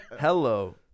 Hello